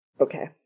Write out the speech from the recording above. Okay